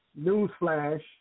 newsflash